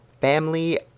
family